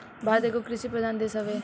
भारत एगो कृषि प्रधान देश हवे